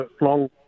long